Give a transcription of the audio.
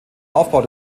aufbau